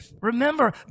Remember